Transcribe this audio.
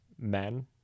men